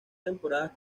temporadas